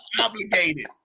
obligated